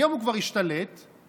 היום הוא כבר השתלט בהפיכה,